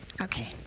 Okay